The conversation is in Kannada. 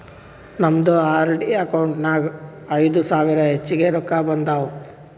ನಮ್ದು ಆರ್.ಡಿ ಅಕೌಂಟ್ ನಾಗ್ ಐಯ್ದ ಸಾವಿರ ಹೆಚ್ಚಿಗೆ ರೊಕ್ಕಾ ಬಂದಾವ್